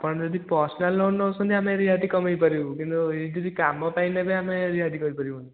ଆପଣ ଯଦି personal loan ନେଉଛନ୍ତି ଆମେ ରିହାତି କମାଇପାରିବୁ କିନ୍ତୁ ଏଇ କିଛି କାମ ପାଇଁ ନେବେ ଆମେ ରିହାତି କରିପାରିବୁନି